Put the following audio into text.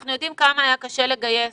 אנחנו יודעים כמה היה קשה לגייס